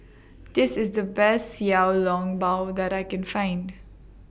This IS The Best Xiao Long Bao that I Can Find